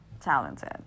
talented